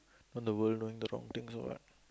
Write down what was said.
run the world knowing the wrong things or what